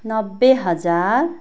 नब्बे हजार